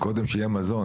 קודם שיהיה מזון,